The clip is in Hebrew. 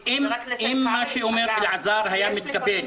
אם מה שאומר חבר הכנסת שטרן היה מתקבל,